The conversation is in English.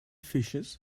fishes